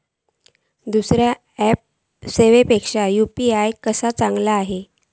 दुसरो ऍप सेवेपेक्षा यू.पी.आय कसो चांगलो हा?